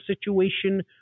situation